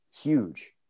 huge